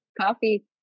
Coffee